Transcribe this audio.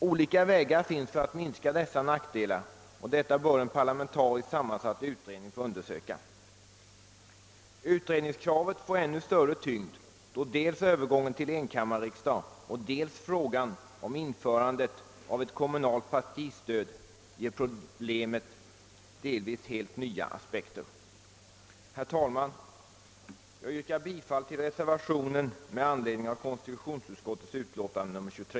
Olika vägar finns för att minska dessa nackdelar och en parlamentariskt sammansatt utredning bör undersöka denna fråga. Utredningskravet får ännu större tyngd då dels övergången till enkammarriksdag och dels frågan om införande av ett kommunalt partistöd ger problemet delvis helt nya aspekter. Herr talman! Jag yrkar bifall till reservationen fogad vid konstitutionsutskottets utlåtande nr 23.